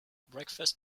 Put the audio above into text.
breakfast